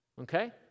Okay